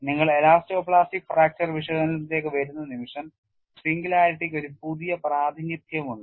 നിങ്ങൾ elastoplastic fracture വിശകലനത്തിലേക്ക് വരുന്ന നിമിഷം സിംഗുലാരിറ്റിക്ക് ഒരു പുതിയ പ്രാതിനിധ്യമുണ്ട്